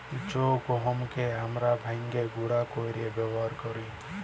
জ্যে গহমকে আমরা ভাইঙ্গে গুঁড়া কইরে ব্যাবহার কৈরি